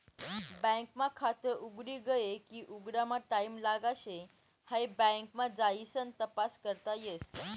bank मा खात उघडी गये की उघडामा टाईम लागाव शे हाई बँक मा जाइसन तपास करता येस